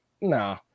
nah